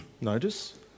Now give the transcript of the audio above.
Notice